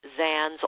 Zans